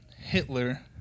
Hitler